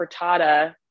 frittata